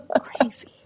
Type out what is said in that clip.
Crazy